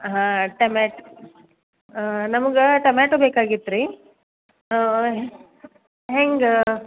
ಹಾಂ ಟಮ್ಯಾಟ್ ನಮ್ಗೆ ಟಮ್ಯಾಟೋ ಬೇಕಾಗಿತ್ತು ರೀ ಹೆಂಗೆ